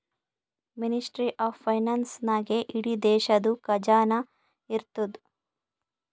ministry of finance ನಾಗೇ ಇಡೀ ದೇಶದು ಖಜಾನಾ ಇರ್ತುದ್